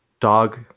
Dog